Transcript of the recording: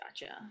Gotcha